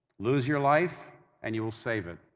lose your life and you will save it.